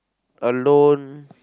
alone